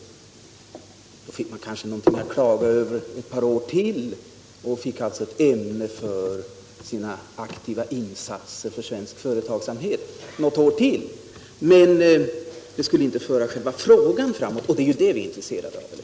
Då fick man kanske något att klaga över ett par år till — som en grundval för sina aktiva insatser för svensk företagsamhet —, men det skulle inte föra själva frågan framåt, och det är ju det vi är intresserade av, eller hur?